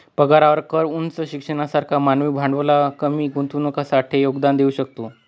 पगारावरला कर उच्च शिक्षणना सारखा मानवी भांडवलमा कमी गुंतवणुकसाठे योगदान देऊ शकतस